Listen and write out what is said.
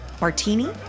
Martini